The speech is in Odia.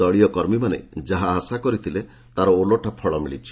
ଦଳୀୟ କର୍ମୀମାନେ ଯାହା ଆଶା କରିଥିଲେ ତା'ର ଓଲଟା ଫଳ ମିଳିଛି